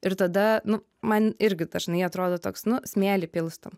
ir tada nu man irgi dažnai atrodo toks nu smėlį pilstom